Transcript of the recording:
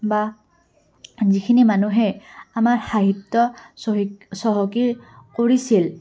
বা যিখিনি মানুহে আমাৰ সাহিত্য চ চহকী কৰিছিল